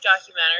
documentary